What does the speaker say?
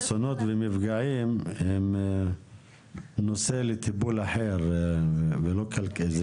אסונות ומפגעים הם נושא לטיפול אחר ולא כלכלי.